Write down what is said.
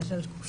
אלא של כולנו.